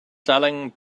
selling